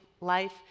life